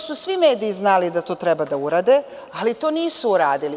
Svi mediji su znali da to treba da urade, ali to nisu uradili.